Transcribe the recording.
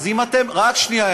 אז אם אתם, רק שנייה.